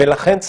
לכן,